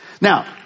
Now